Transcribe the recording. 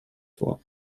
vor